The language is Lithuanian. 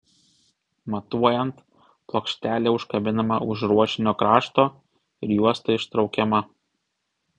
matuojant plokštelė užkabinama už ruošinio krašto ir juosta ištraukiama